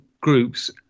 groups